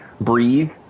breathe